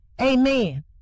Amen